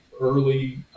early